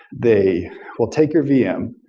they will take your vm,